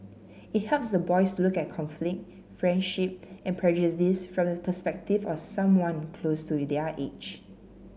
it helps the boys to look at conflict friendship and prejudice from the perspective of someone close to their age